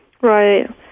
Right